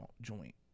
joint